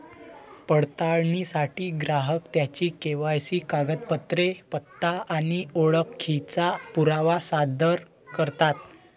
पडताळणीसाठी ग्राहक त्यांची के.वाय.सी कागदपत्रे, पत्ता आणि ओळखीचा पुरावा सादर करतात